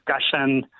discussion